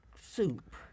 soup